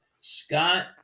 Scott